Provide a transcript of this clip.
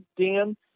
Dan